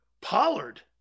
Pollard